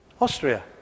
Austria